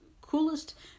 coolest